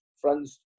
friends